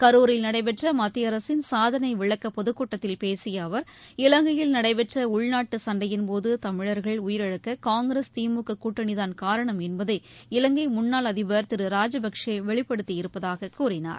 கரூரில் நடைபெற்ற மத்திய அரசின் சாதனை விளக்க பொதுக்கூட்டத்தில் பேசிய அவர் இலங்கையில் நடைபெற்ற உள்நாட்டு சண்டையின்போது தமிழர்கள் உயிரிழக்க காங்கிரஸ் திமுக கூட்டணிதான் காரணம் என்பதை இலங்கை முன்னாள் அதிபர் திரு ராஜபக்ஷே வெளிபடுத்தி இருப்பதாகக் கூறினார்